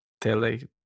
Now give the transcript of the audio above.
tele